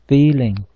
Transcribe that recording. Feeling